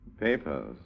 Papers